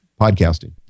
podcasting